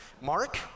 Mark